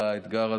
החיה.